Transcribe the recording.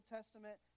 Testament